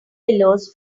pillows